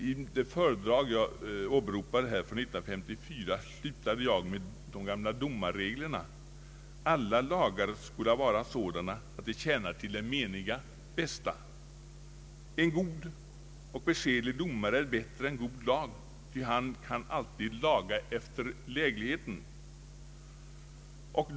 I det föredrag som jag åberopade från år 1954 slutade jag med de gamla domarreglerna: ”Alla lagar skola vara sådana, att de tjäna till det meniga bästa. En god och beskedlig domare är bättre än god lag, ty han kan alltid laga efter lägligheten.